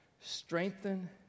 strengthen